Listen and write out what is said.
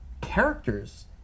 characters